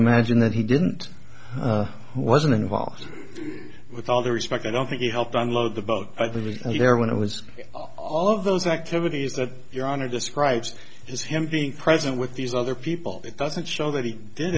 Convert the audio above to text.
imagine that he didn't wasn't involved with all the respect i don't think he helped unload the boat there when it was all of those activities that your honor describes as him being present with these other people it doesn't show that he did